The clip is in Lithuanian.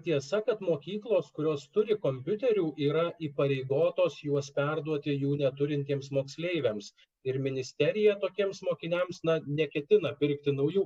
tiesa kad mokyklos kurios turi kompiuterių yra įpareigotos juos perduoti jų neturintiems moksleiviams ir ministerija tokiems mokiniams na neketina pirkti naujų